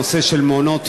הנושא של מעונות-יום,